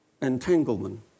entanglement